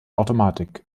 automatik